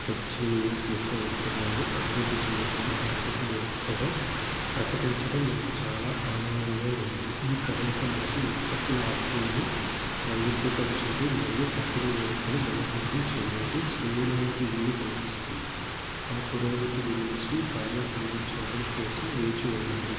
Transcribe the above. tech genius యొక్క విస్తరణను అభివృద్ధి చెందుతున్న ఆర్థిక వ్యవస్థగా ప్రకటించడం మాకు చాలా ఆనందంగా ఉంది ఈ కదలిక మనకు ఉత్పత్తుల ఆఫర్లను వైవిధ్యపరచండి మరియు పంపిణీ వ్యవస్థను బలోపేతం చెయ్యండి చెయ్యడానికి వీలు కల్పిస్తుంది మా పురోగతి గురించి తాజా సమాచారం కోసం వేచి ఉండండి